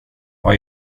vad